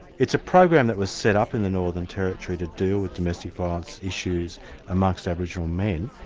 it's a program that was set up in the northern territory to deal with domestic violence issues amongst aboriginal men,